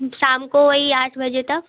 शाम को वही आठ बजे तक